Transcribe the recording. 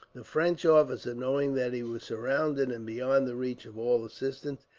the french officer, knowing that he was surrounded, and beyond the reach of all assistance,